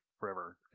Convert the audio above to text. Forever